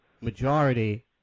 majority